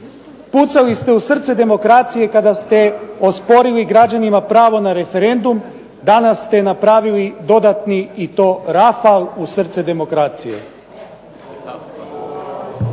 Pucali ste u srce demokracije kada ste osporili građanima pravo na referendum, danas ste napravili i to dodatni rafal u srce demokracije.